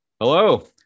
Hello